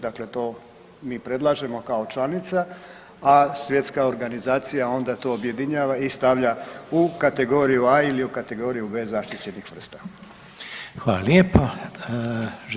Dakle, to mi predlažemo kao članica, a svjetska organizacija onda to objedinjava i stavlja u kategoriju a ili u kategoriju b zaštićenih sredstava.